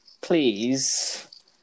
Please